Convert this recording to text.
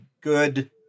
good